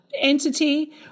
entity